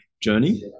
journey